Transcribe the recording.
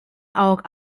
auch